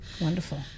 Wonderful